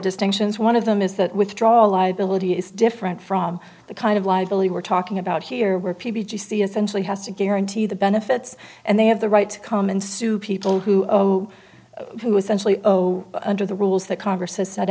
distinctions one of them is that withdrawal liability is different from the kind of liability we're talking about here where p b g c essentially has to guarantee the benefits and they have the right to come and sue people who are who essentially under the rules that congress has set